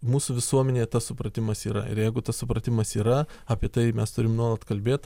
mūsų visuomenėje tas supratimas yra ir jeigu tas supratimas yra apie tai mes turim nuolat kalbėt